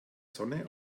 sonne